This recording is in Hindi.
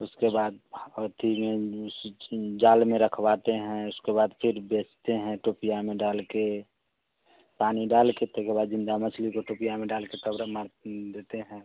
उसके बाद और चीज़ में जाल में रखवाते हैं उसके बाद फिर बेचते हैं टोपिया में डाल कर पानी डालकर तई के बाद ज़िंदा मछली के टोपिया में डालकर तगड़म मार देते हैं